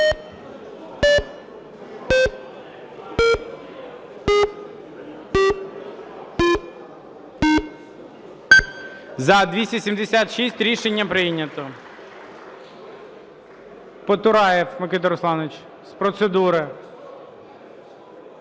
За-276 Рішення прийнято. Потураєв Микита Русланович з процедури.